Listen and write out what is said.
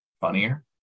funnier